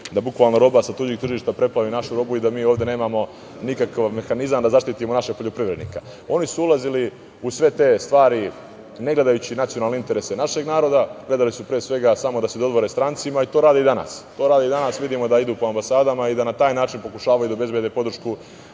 da bukvalno roba sa tuđih tržišta preplavi našu robu i da mi ovde nemamo nikakav mehanizam da zaštitimo našeg poljoprivrednika. Oni su ulazili u sve te stvari, ne gledajući nacionalne interese našeg naroda. Gledali su, pre svega, samo da se dodvore strancima i to rade i danas. To rade i danas. Vidimo da idu po ambasadama i da na taj način pokušavaju da obezbede podršku